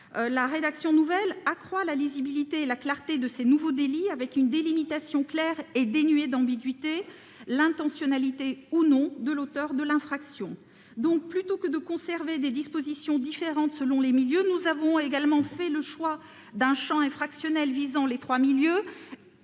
rédaction accroît la lisibilité et la clarté des nouveaux délits prévus, avec une délimitation claire et dénuée d'ambiguïté, fondée sur l'intentionnalité de l'auteur de l'infraction. Plutôt que de conserver des dispositions différentes selon les milieux, nous avons également fait le choix d'un champ infractionnel visant à la fois les